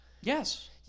Yes